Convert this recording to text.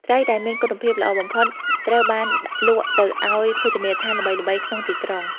ត្រីដែលមានគុណភាព ល្អបំផុតត្រូវបានលក់ទៅឱ្យភោជនីយដ្ឋានល្បីៗក្នុងទីក្រុង។